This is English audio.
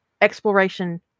exploration